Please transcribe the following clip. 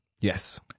Yes